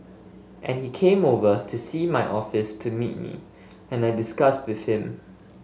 and he came over to see my office to meet me and I discussed with him